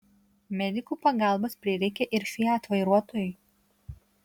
medikų pagalbos prireikė ir fiat vairuotojui